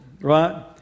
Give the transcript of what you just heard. right